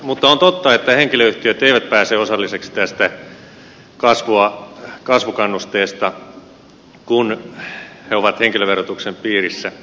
mutta on totta että henkilöyhtiöt eivät pääse osalliseksi tästä kasvukannusteesta kun ne ovat henkilöverotuksen piirissä